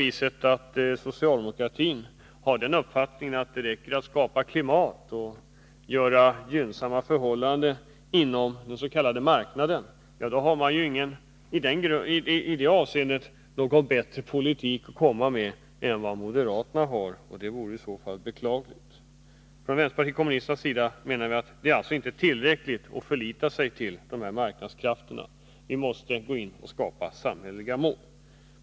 Har socialdemokratin den uppfattningen att det räcker att skapa klimat och åstadkomma gynnsamma förhållanden inom den s.k. marknaden har man i det avseendet ingen bättre politik att komma med än vad moderaterna har, och det vore i så fall beklagligt. Vänsterpartiet kommunisterna anser således att det inte är tillräckligt att förlita sig på dessa marknadskrafter. Vi måste gå in och skapa samhälleliga mål.